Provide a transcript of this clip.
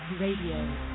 Radio